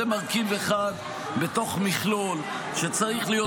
זה מרכיב אחד בתוך מכלול שצריך להיות